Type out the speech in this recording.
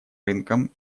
рынкам